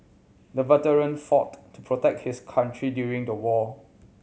the veteran fought to protect his country during the war